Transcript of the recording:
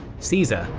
caesar,